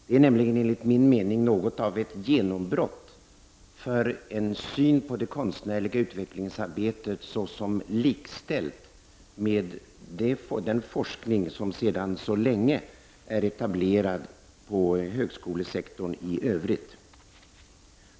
Det är nämligen enligt min mening något av ett genombrott för en syn på det konstnärliga utvecklingsarbetet såsom likställt med den forskning som sedan länge är etablerad inom högskolesektorn i övrigt.